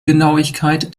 genauigkeit